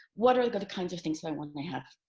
what are the kinds of things that i want them to have